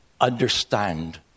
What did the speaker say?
understand